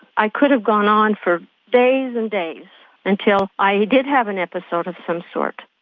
i could have gone on for days and days until i did have an episode of some sort.